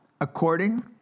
according